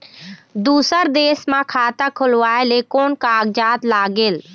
दूसर देश मा खाता खोलवाए ले कोन कागजात लागेल?